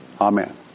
amen